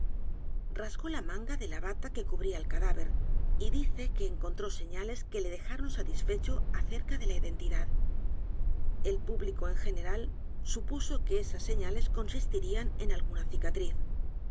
de la bn'n el misterio de maría rogét que cubría al cadáver y dice que encontró señales que le dejaron satisfecho acerca de la identidad el público en general supuso que esas señales consistirían en alguna cicatriz